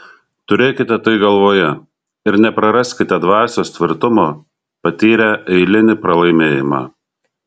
turėkite tai galvoje ir nepraraskite dvasios tvirtumo patyrę eilinį pralaimėjimą